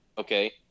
Okay